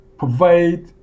provide